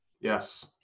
yes